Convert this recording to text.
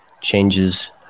changes